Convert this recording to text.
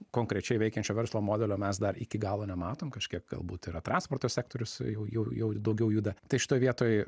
konkrečiai veikiančio verslo modelio mes dar iki galo nematom kažkiek galbūt yra transporto sektorius jau jau jau ir daugiau juda tai šitoj vietoj